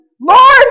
Lord